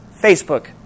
Facebook